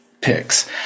picks